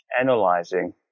analyzing